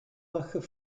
lachen